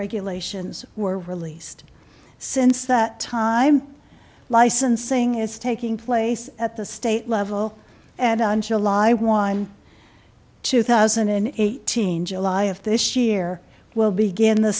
regulations were released since that time licensing is taking place at the state level and on july one two thousand and eighteen july of this year will begin the